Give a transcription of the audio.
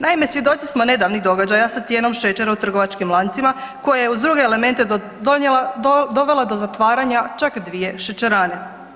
Naime, svjedoci smo nedavnih događaja sa cijenom šećera u trgovačkim lancima koje je uz druge elemente dovela do zatvaranja čak dvije šećerane.